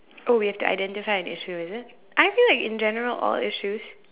oh we have to identify an issue is it I feel like in general all issues